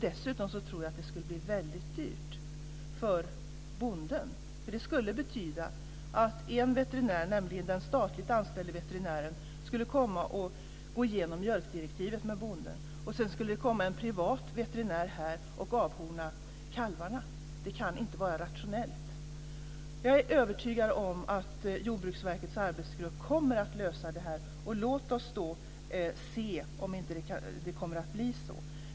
Dessutom tror jag att det skulle bli väldigt dyrt för bonden för det skulle betyda att en veterinär, nämligen den statligt anställde veterinären, skulle komma och gå igenom mjölkdirektivet med bonden och att sedan en privat veterinär skulle komma och avhorna kalvarna. Det kan inte vara rationellt! Jag är övertygad om att Jordbruksverkets arbetsgrupp kommer att lösa det här. Låt oss se om det inte kommer att bli så.